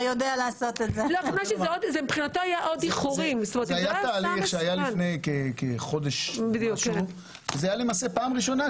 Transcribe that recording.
תהליך שהיה לפני כחודש ולמעשה זאת הייתה פעם ראשונה.